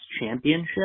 Championship